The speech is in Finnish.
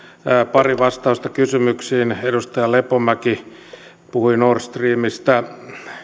pari vastausta kysymyksiin edustaja lepomäki puhui nord streamista